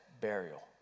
burial